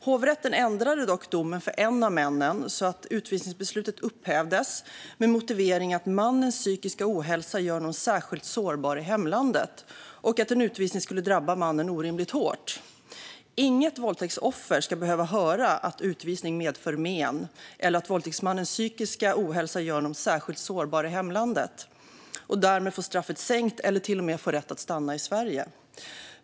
Hovrätten ändrade dock domen för en av männen så att utvisningsbeslutet upphävdes, med motiveringen att mannens psykiska ohälsa gjorde honom särskilt sårbar i hemlandet och att en utvisning skulle drabba mannen orimlig hårt. Inget våldtäktsoffer ska behöva höra att en utvisning medför men eller att våldtäktsmannens psykiska ohälsa gör honom särskilt sårbar i hemlandet så att han därmed får straffet sänkt eller till och med får rätt att stanna i Sverige.